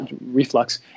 reflux